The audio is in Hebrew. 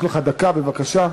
יש לך דקה, בבקשה.